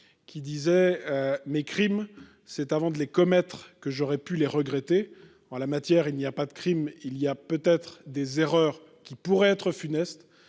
qui écrivait :« Mes crimes c'est avant de les commettre que j'aurais pu les regretter. » En l'espèce, il n'y a pas de crime, mais peut-être des erreurs qui pourraient se révéler funestes.